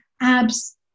abs